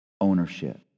Ownership